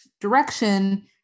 direction